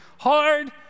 hard